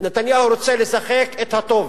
נתניהו רוצה לשחק את הטוב.